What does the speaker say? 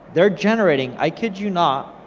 they're generating, i kid you not,